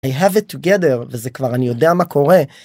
I have it together וזה כבר אני יודע מה קורה.